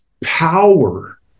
power